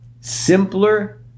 simpler